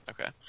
Okay